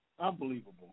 Unbelievable